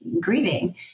grieving